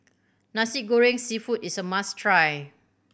Nasi Goreng Seafood is a must try